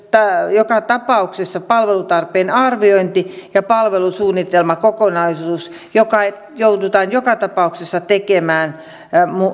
joka tapauksessa palvelutarpeen arviointi ja palvelusuunnitelmakokonaisuus jotka joudutaan joka tapauksessa tekemään